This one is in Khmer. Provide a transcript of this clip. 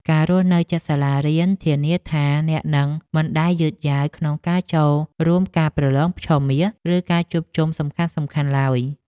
ការរស់នៅជិតសាលារៀនធានាថាអ្នកនឹងមិនដែលយឺតយ៉ាវក្នុងការចូលរួមការប្រឡងឆមាស ឬការជួបជុំសំខាន់ៗឡើយ។